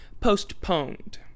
postponed